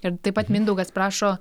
ir taip pat mindaugas prašo